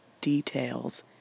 details